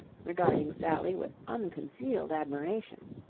regarding sally with unconcealed admiration.